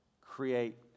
create